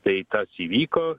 tai tas įvyko